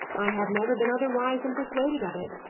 i have never been otherwise than persuaded of it,